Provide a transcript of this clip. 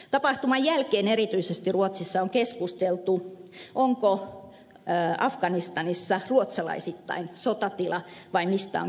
tapahtuman jälkeen erityisesti ruotsissa on keskusteltu onko afganistanissa ruotsalaisittain sotatila vai mistä on kysymys